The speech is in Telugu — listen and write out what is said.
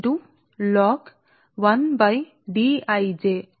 4605 కామన్ మొదటి పదం Ii log 1r సరే